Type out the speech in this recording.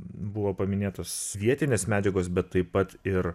buvo paminėtos vietinės medžiagos bet taip pat ir